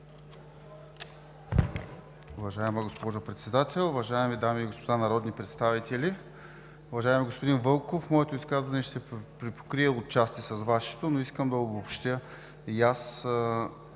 Уважаема госпожо Председател, уважаеми дами и господа народни представители! Уважаеми господин Вълков, моето изказване ще се припокрие отчасти с Вашето, но искам да обобщя